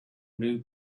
new